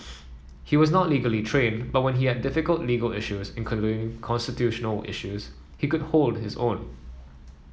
he was not legally trained but when we had difficult legal issues including constitutional issues he could hold his own